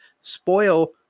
spoil